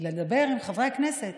לדבר עם חברי הכנסת.